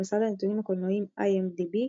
במסד הנתונים הקולנועיים IMDb "שטעטל",